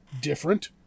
different